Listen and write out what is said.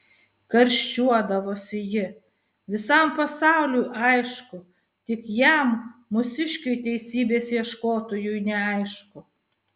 karščiuodavosi ji visam pasauliui aišku tik jam mūsiškiui teisybės ieškotojui neaišku